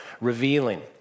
revealing